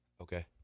Okay